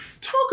Talk